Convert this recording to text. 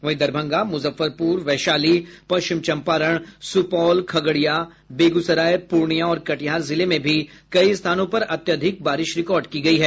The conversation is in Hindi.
वहीं दरभंगा मुजफ्फरपुर वैशाली पश्चिम चंपारण सुपौल खगड़िया बेगूसराय पूर्णिया और कटिहार जिले में भी कई स्थानों पर अत्याधिक बारिश रिकॉर्ड की गयी है